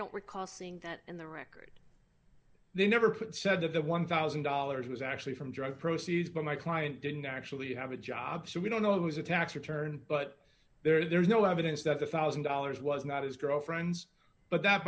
don't recall seeing that in the record they never put said that the one thousand dollars was actually from drug proceeds but my client didn't actually have a job so we don't know it was a tax return but there's no evidence that the one thousand dollars was not his girlfriend's but that